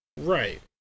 Right